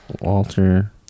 Walter